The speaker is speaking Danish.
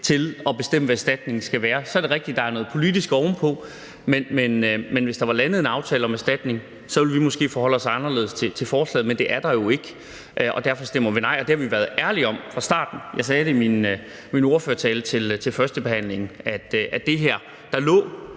til at bestemme, hvad erstatningen skal være. Så er det rigtigt, at der er noget politisk oven på, men hvis der var landet en aftale om erstatning, ville vi måske forholde os anderledes til forslaget, men det er der jo ikke, og derfor stemmer vi nej, og det har vi været ærlige om fra starten. Jeg sagde i min ordførertale til førstebehandlingen, at det, der lå,